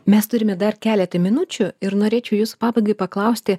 mes turime dar keletą minučių ir norėčiau jus pabaigai paklausti